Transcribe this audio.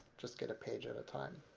just get a page at a time.